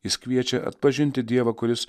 jis kviečia atpažinti dievą kuris